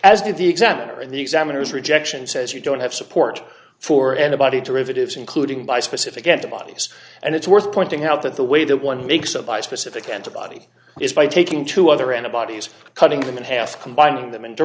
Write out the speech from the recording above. did the examiner and the examiners rejection says you don't have support for antibody derivatives including by specific antibodies and it's worth pointing out that the way that one makes up by specific antibody is by taking two other antibodies cutting them in half combining them